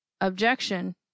Objection